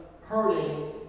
hurting